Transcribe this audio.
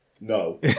no